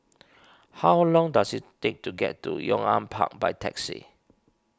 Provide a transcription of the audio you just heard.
how long does it take to get to Yong An Park by taxi